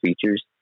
features